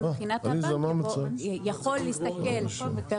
מבחינת הבנקים אפשר להסתכל על